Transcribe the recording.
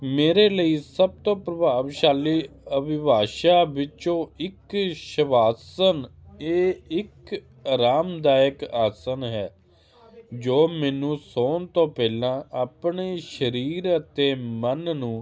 ਮੇਰੇ ਲਈ ਸਭ ਤੋਂ ਪ੍ਰਭਾਵਸ਼ਾਲੀ ਅਭਿਭਾਸ਼ਾ ਵਿੱਚੋਂ ਇੱਕ ਸ਼ਬ ਆਸਨ ਇਹ ਇੱਕ ਅਰਾਮਦਾਇਕ ਆਸਨ ਹੈ ਜੋ ਮੈਨੂੰ ਸੋਹਣ ਤੋਂ ਪਹਿਲਾਂ ਆਪਣੇ ਸਰੀਰ ਅਤੇ ਮਨ ਨੂੰ